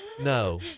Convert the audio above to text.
No